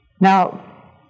Now